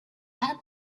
add